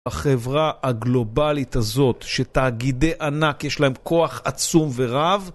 החברה הגלובלית הזאת שתאגידי ענק יש להם כוח עצום ורב